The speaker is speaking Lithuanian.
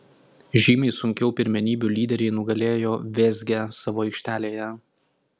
žymiai sunkiau pirmenybių lyderiai nugalėjo vėzgę savo aikštelėje